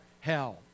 hell